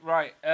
Right